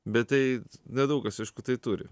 bet tai nedaug kas aišku tai turi